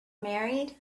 married